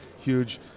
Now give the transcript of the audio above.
huge